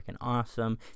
awesome